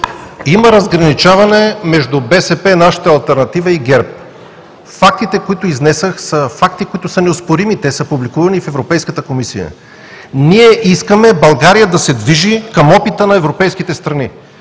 има разграничаване между БСП, нашата алтернатива и ГЕРБ. Фактите, които изнесох, са факти, които са неоспорими и са публикувани в Европейската комисия. Ние искаме България да се движи към опита на европейските страни.